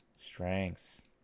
strengths